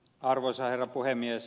arvoisa herra puhemies